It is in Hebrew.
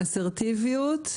באסרטיבית,